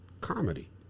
comedy